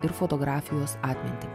ir fotografijos atmintį